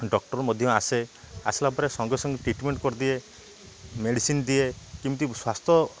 doctor ମଧ୍ୟ ଆସେ ଆସିଲା ପରେ ସଙ୍ଗେ ସଙ୍ଗେ ଟ୍ରିଟମେଣ୍ଟ କରିଦିଏ ମେଡ଼ିସିନ ଦିଏ କେମିତି ସ୍ୱାସ୍ଥ୍ୟ